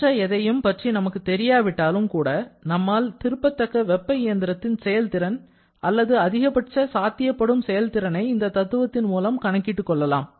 மற்ற எதையும் பற்றி நமக்கு தெரியாவிட்டாலும் கூட நம்மால் திருப்பத்தக்க வெப்ப இயந்திரத்தின் செயல்திறன் அல்லது அதிகபட்ச சாத்தியப்படும் செயல்திறனை இந்த தத்துவத்தின் மூலம் கணக்கிட்டுக் கொள்ளலாம்